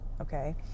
okay